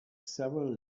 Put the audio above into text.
several